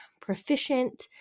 proficient